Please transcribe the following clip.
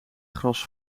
gras